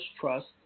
trust